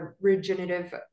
regenerative